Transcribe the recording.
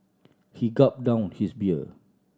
he gulped down his beer